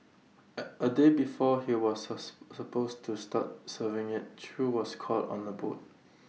at A day before he was sus supposed to start serving IT chew was caught on A boat